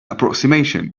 approximation